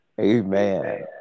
Amen